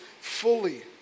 fully